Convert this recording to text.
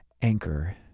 Anchor